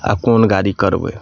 आ कोन गाड़ी करबै